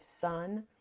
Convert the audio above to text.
son